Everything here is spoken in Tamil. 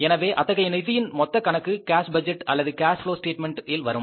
எனவே அத்தகைய நிதியின் மொத்த கணக்கு கேஸ் பட்ஜெட் அல்லது கேஷ் ப்லொவ் ஸ்டேட்மென்ட் இல் வரும்